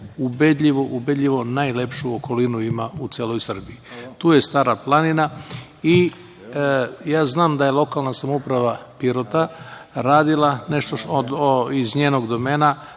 ubedljivo, ubedljivo najlepšu okolinu ima u celoj Srbiji. Tu je Stara planina. Ja znam da je lokalna samouprava Pirota radila nešto iz njenog domena,